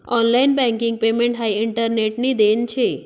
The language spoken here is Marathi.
ऑनलाइन बँकिंग पेमेंट हाई इंटरनेटनी देन शे